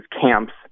camps